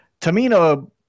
Tamina